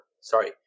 sorry